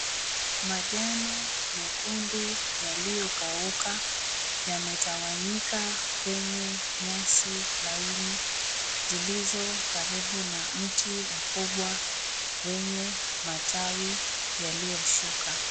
Majani mekundu yaliyokauka yametawanyika kwenye nyasi laini, zilizo karibu na mti mkubwa wenye matawi yalioshuka.